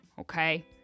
Okay